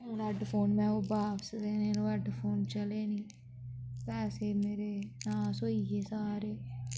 हून हैडफोन में ओह् बापस देने न ओह् हैडफोन चले नी पैसे मेरे नास होई गे सारे